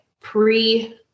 pre